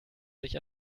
sich